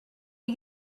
are